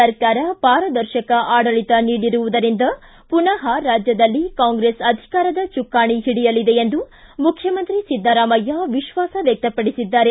ಸರ್ಕಾರ ಪಾರದರ್ಶಕ ಆಡಳಿತ ನೀಡಿರುವುದರಿಂದ ಮನಃ ರಾಜ್ಯದಲ್ಲಿ ಕಾಂಗ್ರೆಸ್ ಅಧಿಕಾರದ ಚುಕ್ಕಾಣಿ ಹಿಡಿಯಲಿದೆ ಎಂದು ಮುಖ್ಯಮಂತ್ರಿ ಸಿದ್ದರಾಮಯ್ಯ ವಿಶ್ವಾಸ ವ್ಯಕ್ತಪಡಿಸಿದ್ದಾರೆ